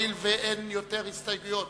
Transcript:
רבותי חברי הכנסת, הואיל ואין עוד הסתייגויות